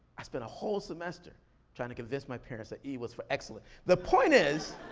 i spent a whole semester trying to convince my parents that e was for excellent. the point is,